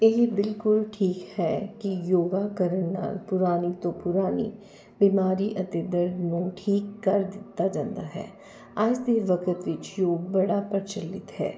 ਇਹ ਬਿਲਕੁਲ ਠੀਕ ਹੈ ਕਿ ਯੋਗਾ ਕਰਨ ਨਾਲ ਪੁਰਾਣੀ ਤੋਂ ਪੁਰਾਣੀ ਬਿਮਾਰੀ ਅਤੇ ਦਰਦ ਨੂੰ ਠੀਕ ਕਰ ਦਿੱਤਾ ਜਾਂਦਾ ਹੈ ਅੱਜ ਦੇ ਵਕਤ ਵਿੱਚ ਯੋਗ ਬੜਾ ਪ੍ਰਚਲਿਤ ਹੈ